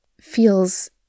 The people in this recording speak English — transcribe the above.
feels